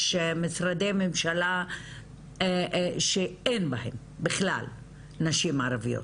משרדי ממשלה שאין בהם בכלל נשים ערביות.